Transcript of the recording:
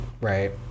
right